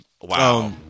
Wow